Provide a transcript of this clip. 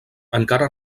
encara